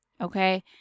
Okay